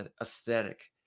aesthetic